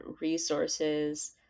resources